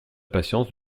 patience